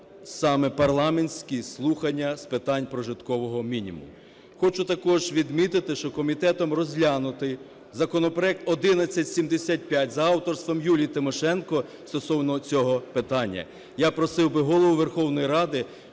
саме парламентські слухання з питань прожиткового мінімуму. Хочу також відмітити, що комітетом розглянутий законопроект 1175 за авторством Юлії Тимошенко стосовно цього питання. Я просив би Голову Верховної Ради,